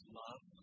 love